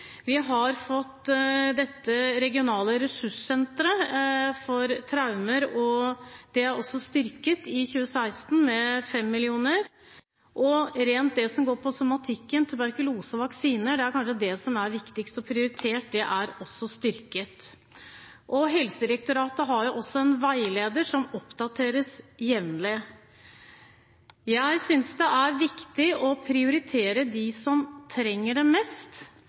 Vi har fått det regionale ressurssenteret for traumer, og det er også styrket i 2016 med 5 mill. kr. Det som handler om somatikken – tuberkulose og vaksiner – er kanskje det som er viktigst å prioritere, og det er også styrket. Helsedirektoratet har også en veileder som oppdateres jevnlig. Jeg synes det er viktig å prioritere dem som trenger det mest, sette inn ressursene på dem som er mest